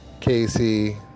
Casey